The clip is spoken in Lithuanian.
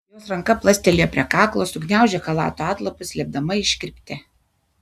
jos ranka plastelėjo prie kaklo sugniaužė chalato atlapus slėpdama iškirptę